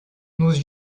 nos